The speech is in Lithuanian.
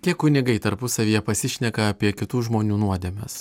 kiek kunigai tarpusavyje pasišneka apie kitų žmonių nuodėmes